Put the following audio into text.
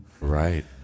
Right